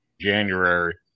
January